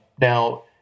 Now